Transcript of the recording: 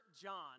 John